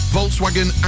Volkswagen